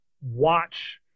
watch